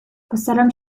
postaram